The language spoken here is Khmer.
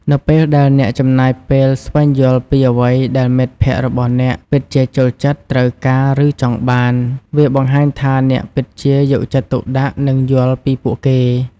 នៅពេលដែលអ្នកចំណាយពេលស្វែងយល់ពីអ្វីដែលមិត្តភក្តិរបស់អ្នកពិតជាចូលចិត្ត ត្រូវការ ឬចង់បាន វាបង្ហាញថាអ្នកពិតជា យកចិត្តទុកដាក់ និង យល់ពីពួកគេ។